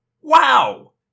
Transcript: Wow